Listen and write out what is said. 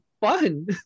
fun